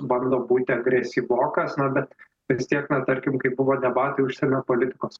bando būti agresyvokas na bet vis tiek na tarkim kai buvo debatai užsienio politikos